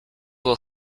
will